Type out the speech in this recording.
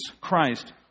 Christ